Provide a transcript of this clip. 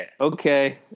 Okay